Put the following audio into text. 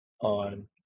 on